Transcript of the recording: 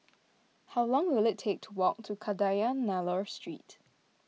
how long will it take to walk to Kadayanallur Street